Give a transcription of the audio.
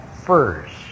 first